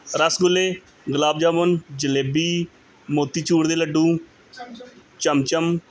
ਰਸਗੁੱਲੇ ਗੁਲਾਬ ਜਾਮੁਨ ਜਲੇਬੀ ਮੋਤੀ ਚੂਰ ਦੇ ਲੱਡੂ ਚਮਚਮ